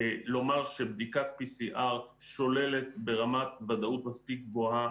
לומר שבדיקת PCR שוללת ברמת ודאות מספיק גבוהה